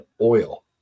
oil